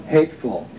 Hateful